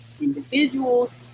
individuals